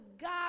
God